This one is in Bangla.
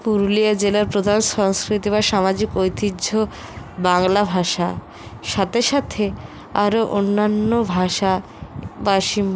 পুরুলিয়া জেলার প্রধান সংস্কৃতি বা সামাজিক ঐতিহ্য বাংলা ভাষা সাথে সাথে আরও অন্যান্য ভাষাবাসী